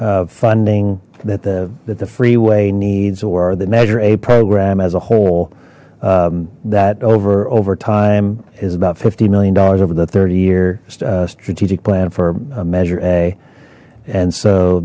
funding that the the freeway needs or the measure a program as a whole that over over time is about fifty million dollars over the thirty year strategic plan for a measure a and so